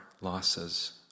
losses